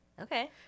Okay